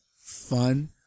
fun